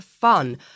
fun